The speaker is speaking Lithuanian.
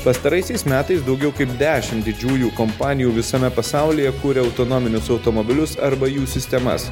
pastaraisiais metais daugiau kaip dešim didžiųjų kompanijų visame pasaulyje kuria autonominius automobilius arba jų sistemas